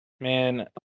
Man